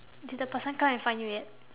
did the person come and find you yet